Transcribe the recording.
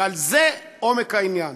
וזה עומק העניין.